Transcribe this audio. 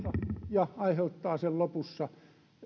ja aiheuttaa lopussa